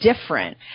different